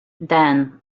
then